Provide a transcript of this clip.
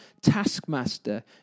taskmaster